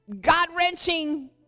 God-wrenching